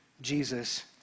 Jesus